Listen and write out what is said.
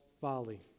folly